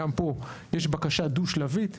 גם פה יש בקשה דו-שלבית.